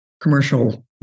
commercial